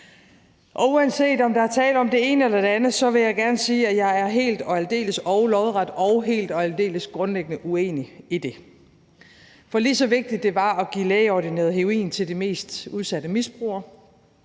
Uanset om der er tale om det ene eller det andet, vil jeg gerne sige, at jeg er helt og aldeles, lodret og helt og aldeles grundlæggende uenig i det. For lige så vigtigt det var at give lægeordineret heroin til de mest udsatte misbrugere